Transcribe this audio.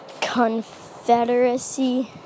confederacy